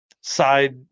side